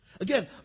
Again